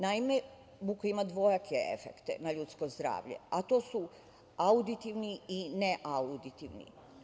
Naime, buka ima dvojake efekte na ljudsko zdravlje, a to su auditivni i ne auditivni.